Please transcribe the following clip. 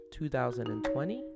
2020